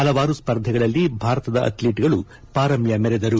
ಹಲವಾರು ಸ್ಪರ್ಧೆಗಳಲ್ಲಿ ಭಾರತದ ಅಥ್ಲಿಟ್ಗಳು ಪಾರಮ್ಯ ಮೆರೆದರು